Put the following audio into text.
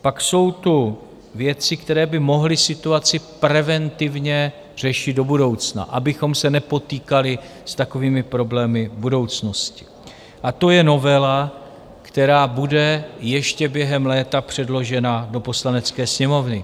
Pak jsou tu věci, které by mohly situaci preventivně řešit do budoucna, abychom se nepotýkali s takovými problémy v budoucnosti, a to je novela, která bude ještě během léta předložena do Poslanecké sněmovny.